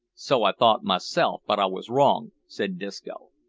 so i thought myself, but i wos wrong, said disco.